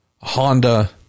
Honda